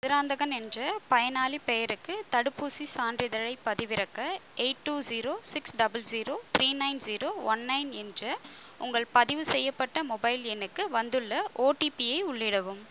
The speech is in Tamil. மதுராந்தகன் என்ற பயனாளிப் பெயருக்கு தடுப்பூசிச் சான்றிதழைப் பதிவிறக்க eight two zero six double zero three nine zero one nine என்ற உங்கள் பதிவு செய்யப்பட்ட மொபைல் எண்ணுக்கு வந்துள்ள ஓடிபி ஐ உள்ளிடவும்